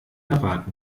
erwarten